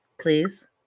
please